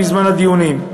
בזמן הדיונים.